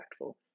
impactful